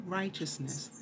righteousness